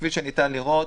כפי שניתן לראות,